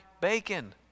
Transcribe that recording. bacon